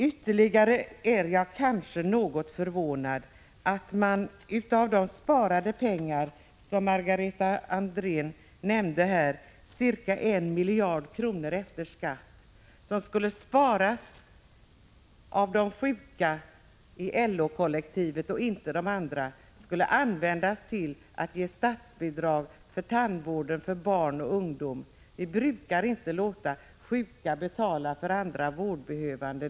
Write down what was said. Vidare är jag kanske något förvånad över att de pengar som Margareta Andrén här nämnde, ca 1 miljard kronor efter skatt, och som skulle sparas av de sjuka inom LO-kollektivet — men inte några andra — skulle användas till statsbidrag för tandvård för barn och ungdom. Vi brukar inte låta sjuka betala för andra vårdbehövande.